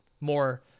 more